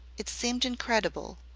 it seemed incredible,